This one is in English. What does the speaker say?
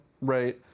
right